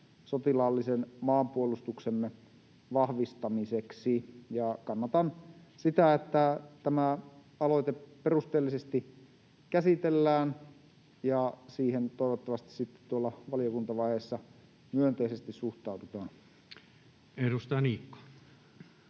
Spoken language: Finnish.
sotilaallisen maanpuolustuksemme vahvistamiseksi. Kannatan sitä, että tämä aloite perusteellisesti käsitellään, ja toivottavasti siihen sitten tuolla valiokuntavaiheessa myönteisesti suhtaudutaan. [Speech 314]